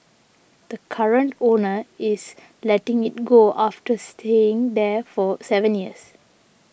the current owner is letting it go after staying there for seven years